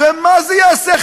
ומה זה יעשה,